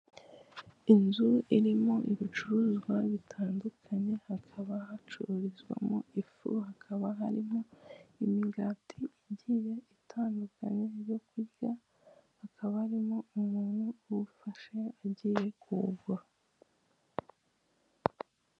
Inzu irimo ibicuruzwa bitandukanye hakaba hacururizwamo ifu hakaba harimo imigati igiye itandukanye yo kurya hakaba harimo umuntu uwufashe agiye kuwugura.